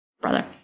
brother